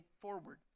forward